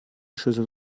schüssel